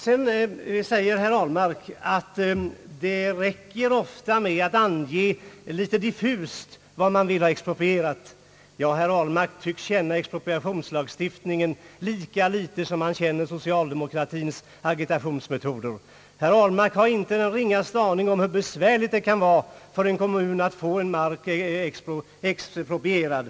Sedan säger herr Ahlmark att det ofta räcker med att litet diffust ange vad det är man vill ha exproprierat. Herr Ahlmark tycks känna expropriationslagstifiningen lika litet som han känner socialdemokratins agitationsmetoder. Herr Ahlmark har inte den ringaste aning om hur besvärligt det kan vara för en kommun att få mark exproprierad.